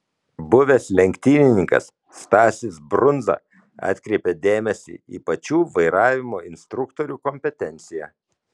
buvęs lenktynininkas stasys brundza atkreipia dėmesį į pačių vairavimo instruktorių kompetenciją